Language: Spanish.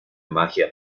magia